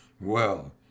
Well